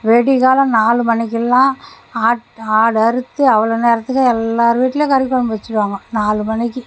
விடிய காலைல நாலு மணிக்கு எல்லாம் ஆட் ஆடு அறுத்து அவ்வளோ நேரத்துக்கே எல்லார் வீட்டில் கறிக்குழம்பு வச்சுருவாங்க நாலு மணிக்கு